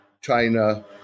China